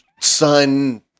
son